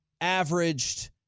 averaged